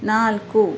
ನಾಲ್ಕು